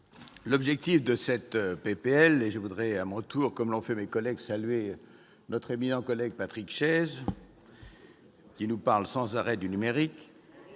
d'État, mes chers collègues, je voudrais à mon tour, comme l'ont fait mes collègues, saluer notre éminent collègue Patrick Chaize, qui nous parle sans arrêt du numérique.